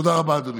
תודה רבה, אדוני.